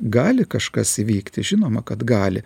gali kažkas įvykti žinoma kad gali